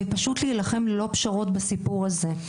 ופשוט להילחם ללא פשרות בסיפור הזה.